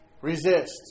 Resist